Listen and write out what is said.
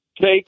take